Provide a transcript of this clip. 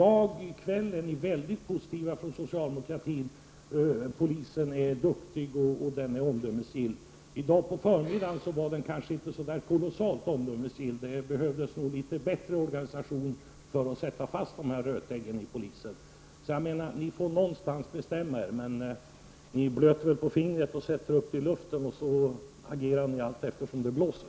I kväll är socialdemokraterna mycket positiva — polisen är duktig och omdömesgill. I dag på förmiddagen var den kanske inte så där kolossalt omdömesgill, och det var nog nödvändigt med en litet bättre organisation för att sätta fast dessa rötägg inom polisen. Någon gång får ni alltså lov att bestämma er. Men ni blöter väl fingret och sätter upp det i luften för att sedan agera allteftersom det blåser.